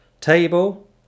Table